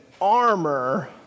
armor